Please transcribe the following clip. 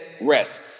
rest